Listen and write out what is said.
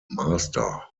master